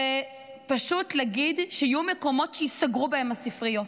זה פשוט להגיד שיהיו מקומות שייסגרו בהם הספריות.